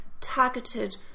targeted